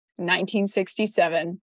1967